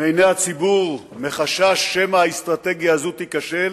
מעיני הציבור מחשש שמא האסטרטגיה הזאת תיכשל,